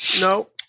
No